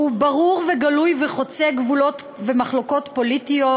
ברור וגלוי וחוצה גבולות ומחלוקות פוליטיות,